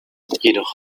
jedoch